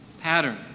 pattern